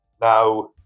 Now